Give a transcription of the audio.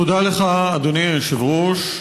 תודה לך, אדוני היושב-ראש.